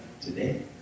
today